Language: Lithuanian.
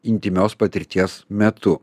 intymios patirties metu